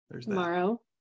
tomorrow